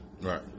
Right